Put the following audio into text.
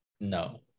No